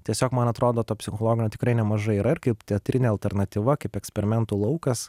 tiesiog man atrodo to psichologinio tikrai nemažai yra kaip teatrinė alternatyva kaip eksperimentų laukas